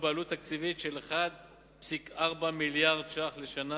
שהובלנו, בעלות תקציבית של 1.4 מיליארד ש"ח לשנה